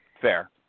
fair